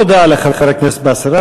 תודה לחבר הכנסת באסל גטאס.